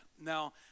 now